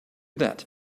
that